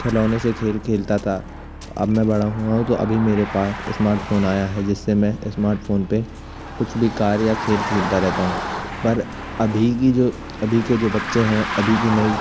खिलौने से खेल खेलता था अब मैं बड़ा हुआ हूँ तो अभी मेरे पास इस्मार्टफ़ोन आया है जिससे मैं इस्मार्टफ़ोन पर कुछ भी कार्य या खेल खेलता रहता हूँ पर अभी की जो अभी के जो बच्चे हैं अभी की नई